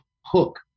hook